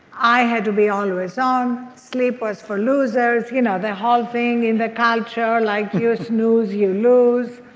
i had to be always on. sleep was for losers. you know the whole thing in the culture, like you snooze, you lose.